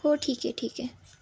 हो ठीक आहे ठीक आहे